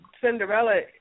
Cinderella